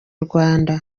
rwanda